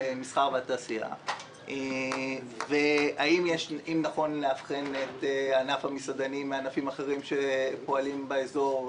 רכוש; והאם נכון לאבחן את ענף המסעדנים מענפים אחרים שפועלים באזור,